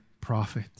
prophet